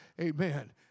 Amen